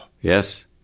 Yes